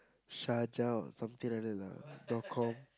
Shaja or something like that lah dot com